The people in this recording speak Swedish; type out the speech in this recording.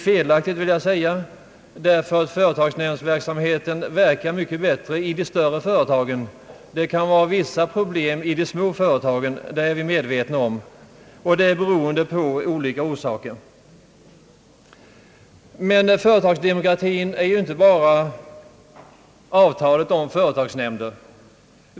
Jag vill säga att det är felaktigt — företagsnämnderna verkar mycket bättre i de större företagen. Det kan finnas vissa problem i de små företagen — detta är vi medvetna om — och det förhållandet har olika orsaker. Men företagsdemokratin är ju inte bara det som sammanhänger med avtalet om företagsnämnder.